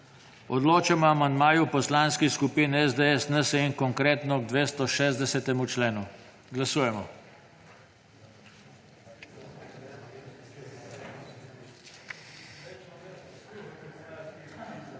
Odločamo o amandmaju poslanskih skupin SDS, NSi in Konkretno k 262. členu. Glasujemo.